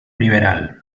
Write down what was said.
liberal